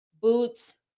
boots